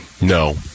No